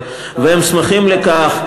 והם שמחים על כך,